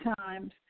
times